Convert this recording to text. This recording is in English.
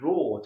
Raw